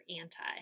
anti